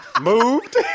Moved